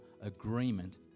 agreement